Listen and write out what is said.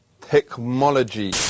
technology